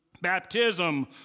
Baptism